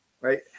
Right